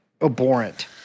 abhorrent